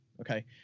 Okay